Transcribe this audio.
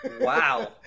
Wow